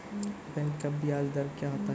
Bank का ब्याज दर क्या होता हैं?